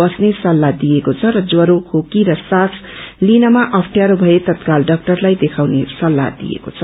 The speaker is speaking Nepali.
बस्ने सत्ताह दिइएको छ र ज्वरो खोकी या श्वास लिनमा अफ्ठयारो भए तत्काल डाक्टरलाई देखाउने सल्लाह दिएको छ